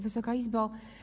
Wysoka Izbo!